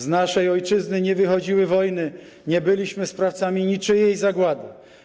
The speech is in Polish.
Z naszej ojczyzny nie wychodziły wojny, nie byliśmy sprawcami niczyjej zagłady.